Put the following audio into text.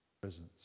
Presence